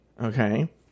Okay